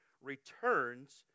returns